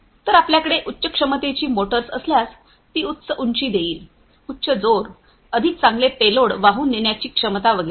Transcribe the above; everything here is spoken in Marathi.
तर आपल्याकडे उच्च क्षमतेची मोटर्स असल्यास ती उच्च उंची देईल उच्च जोर अधिक चांगले पेलोड वाहून नेण्याची क्षमता वगैरे